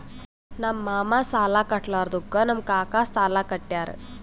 ನಮ್ ಮಾಮಾ ಸಾಲಾ ಕಟ್ಲಾರ್ದುಕ್ ನಮ್ ಕಾಕಾ ಸಾಲಾ ಕಟ್ಯಾರ್